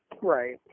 Right